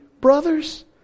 brothers